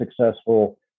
successful